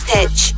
Pitch